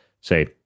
say